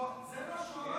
זה מה שהוא אמר?